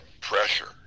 pressure